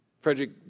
Frederick